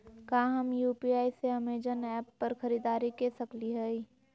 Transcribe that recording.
का हम यू.पी.आई से अमेजन ऐप पर खरीदारी के सकली हई?